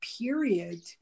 period